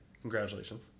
congratulations